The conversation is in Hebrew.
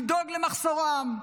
לדאוג למחסורם,